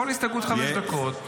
כל הסתייגות חמש דקות.